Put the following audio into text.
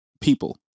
people